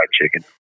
chicken